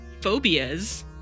phobias